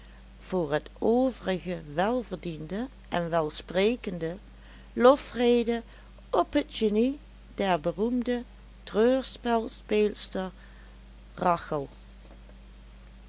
voor het overige welverdiende en welsprekende lofrede op het genie der beroemde treurspelspeelster